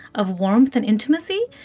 of warmth and intimacy.